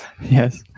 Yes